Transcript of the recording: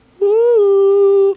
woo